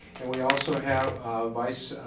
and we also have vice